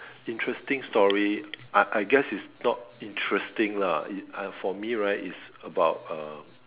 interesting story I I guess it's not interesting lah it for me right it's about uh